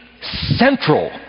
central